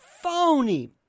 phony